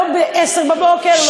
לא ב-10:00,